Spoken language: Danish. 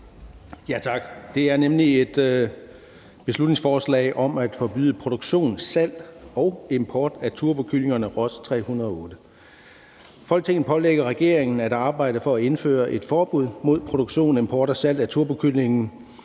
Tak. Det er nemlig et beslutningsforslag om at forbyde produktion, salg og import af turbokyllinger af typen Ross 308. I forslaget står der: »Folketinget pålægger regeringen at arbejde for at indføre et forbud mod produktion, import og salg af turbokyllinger